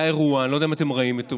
היה אירוע, אני לא יודע אם אתם ראיתם אותו,